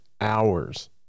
hours